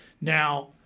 Now